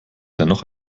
dennoch